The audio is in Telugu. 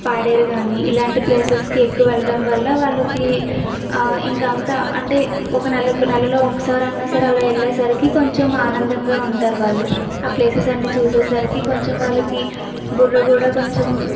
పాడేరు గానీ ఇలాంటి ప్లేసెస్కి ఎక్కువెళ్ళడం వల్ల వాళ్ళకి ఇంకంతా అంటే ఒక నెలకు నెలలో ఒకసారి అన్నా సరే అలా వెళ్ళేసరికి కొంచెం ఆనందంగా ఉంటారు వాళ్ళు ఆ ప్లేసెస్ అన్ని చూసేసరికి కొంచెం వాళ్ళకి బుర్ర కూడా కొంచెం